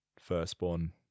firstborn